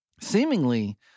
seemingly